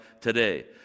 today